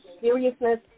seriousness